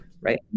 right